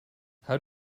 how